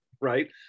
right